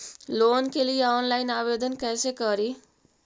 Loan के लिये online आवेदन कैसे करि?